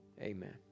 Amen